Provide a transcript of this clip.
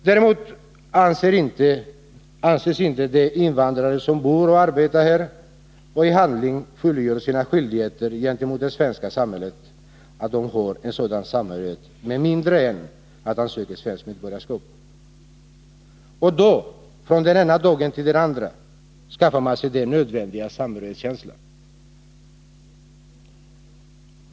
Däremot anses inte den invandrare som bor och arbetar här och i handling fullgör sina skyldigheter gentemot det svenska samhället ha en sådan samhörighet, med mindre än att han söker svenskt medborgarskap. Och då — från den ena dagen till den andra — skaffar han sig den nödvändiga samhörighetskänslan.